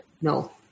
No